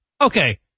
Okay